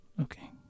Okay